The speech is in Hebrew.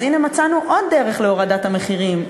אז הנה מצאנו עוד דרך להורדת המחירים.